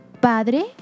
Padre